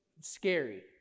scary